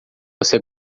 você